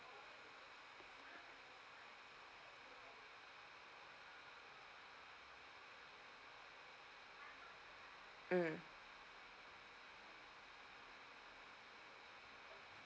mm